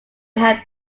have